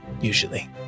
usually